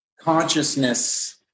consciousness